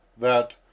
that,